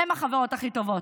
הן החברות הכי טובות.